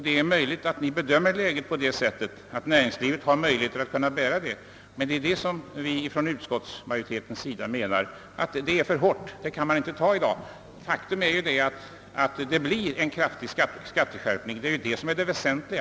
Det är möjligt att ni bedömer läget så, att näringslivet kan bära detta, men utskottsmajoriteten anser inte det. Faktum är alltså att propositionens förslag medför en kraftig skatteskärpning, och det är det väsentliga.